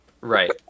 Right